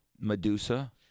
Medusa